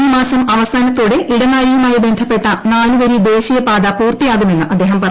ഈ മാസം അവസാനത്തോടെ ഇടനാഴിയുമായി ബന്ധപ്പെട്ട നാലുവരി ദേശീയപാത പൂർത്തിയാകുമെന്ന് അദ്ദേഹം പറഞ്ഞു